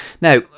Now